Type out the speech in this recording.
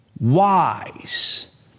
wise